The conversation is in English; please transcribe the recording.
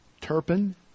Turpin